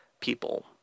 people